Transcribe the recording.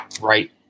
right